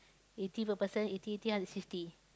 eighty per person eighty eighty hundred and sixty